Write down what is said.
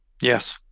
Yes